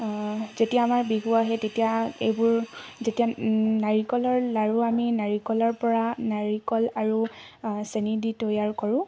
যেতিয়া আমাৰ বিহু আহে তেতিয়া এইবোৰ যেতিয়া নাৰিকলৰ লাৰু আমি নাৰিকলৰ পৰা নাৰিকল আৰু চেনি দি তৈয়াৰ কৰোঁ